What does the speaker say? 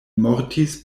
mortis